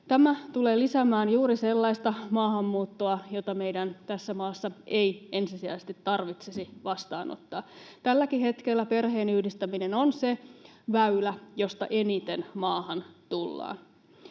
Tämä tulee lisäämään juuri sellaista maahanmuuttoa, jota meidän tässä maassa ei ensisijaisesti tarvitsisi vastaanottaa. Tälläkin hetkellä perheenyhdistäminen on se väylä, josta eniten maahan tullaan.